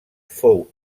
fou